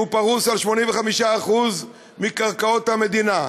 שהוא פרוס על 85% מקרקעות המדינה.